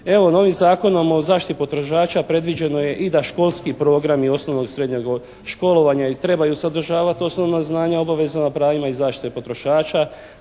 Evo, novim Zakonom o zaštiti potrošača predviđeno je i da školski program i osnovnog i srednjeg školovanja, i trebaju se održavati osnovna znanja, obavezno na pravima i zaštite potrošača